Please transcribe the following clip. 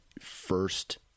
first